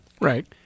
Right